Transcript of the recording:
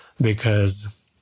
because-